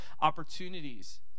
opportunities